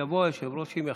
יבוא היושב-ראש, אם יחליט.